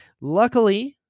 Luckily